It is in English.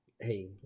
Hey